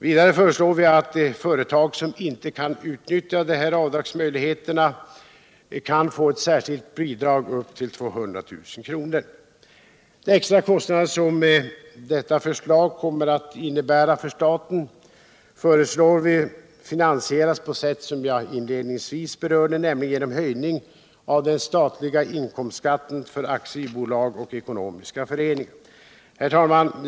Vidare föreslår vi att företag som inte kan utnyttja dessa avdragsmöjligheter får ett särskilt bidrag på upp till 200 000 kr. De extra kostnader som dessa förslag kommer att innebära för staten föreslår vi finansieras på sätt jag inledningsvis berörde, nämligen genom höjning av den statliga inkomstskatten för aktiebolag och ekonomiska föreningar. Herr talman!